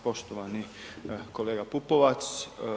Poštovani kolega Pupovac.